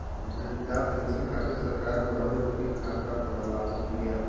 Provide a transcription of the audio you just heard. वृद्धा पेंसन खातिर सरकार बुढ़उ लोग के खाता खोलवावत बिया